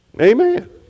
Amen